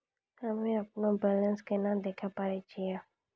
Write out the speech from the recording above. हम्मे अपनो बैलेंस केना देखे पारे छियै?